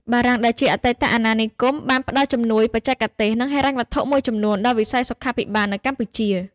បារាំងដែលជាអតីតអាណានិគម បានបន្តផ្តល់ជំនួយបច្ចេកទេស និងហិរញ្ញវត្ថុមួយចំនួនដល់វិស័យសុខាភិបាលនៅកម្ពុជា។